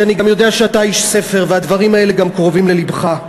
ואני גם יודע שאתה איש ספר והדברים האלה גם קרובים ללבך,